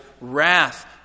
wrath